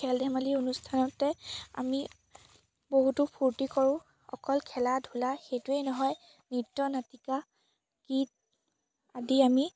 খেল ধেমালি অনুষ্ঠানতে আমি বহুতো ফূৰ্তি কৰোঁ অকল খেলা ধূলা সেইটোৱেই নহয় নৃত্য নাটিকা গীত আদি আমি